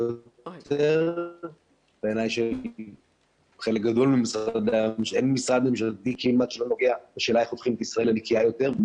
אין כמעט משרד ממשלתי שלא נוגע בשאלה איך הופכים את ישראל לנקייה יותר.